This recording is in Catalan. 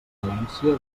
valència